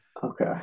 Okay